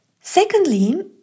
Secondly